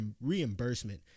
reimbursement